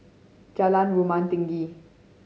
Jalan Rumah Tinggi